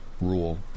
rule